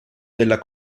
della